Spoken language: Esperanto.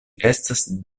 estas